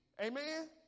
Amen